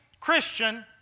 Christian